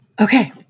Okay